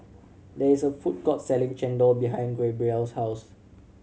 there is a food court selling chendol behind Gabriel's house